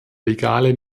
legale